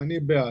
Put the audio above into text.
אני בעד,